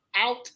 Out